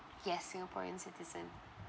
yes singaporean citizen